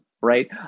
right